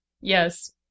Yes